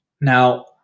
Now